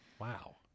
Wow